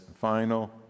final